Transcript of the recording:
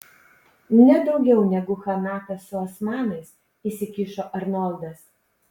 nedaugiau negu chanatas su osmanais įsikišo arnoldas